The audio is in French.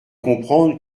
comprendre